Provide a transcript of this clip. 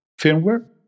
firmware